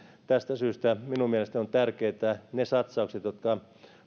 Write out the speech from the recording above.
tästä syystä minun mielestäni ovat tärkeitä ne satsaukset jotka